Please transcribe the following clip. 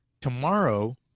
tomorrow